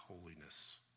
holiness